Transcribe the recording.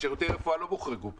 שירותי הרפואה לא הוחרגו פה.